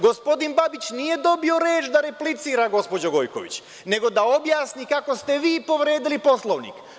Gospodin Babić nije dobio reč da replicira, gospođo Gojković, nego da objasni kako ste vi povredili Poslovnik.